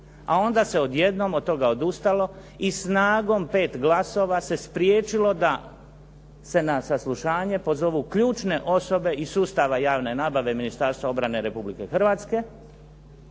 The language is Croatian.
a onda se odjednom od toga odustalo i snagom 5 glasova se spriječilo da se na saslušanje pozovu ključne osobe iz sustava javne nabave Ministarstva obrane Republike Hrvatske.